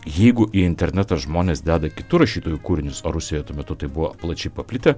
jeigu į internetą žmonės deda kitų rašytojų kūrinius o rusijoj tuo metu tai buvo plačiai paplitę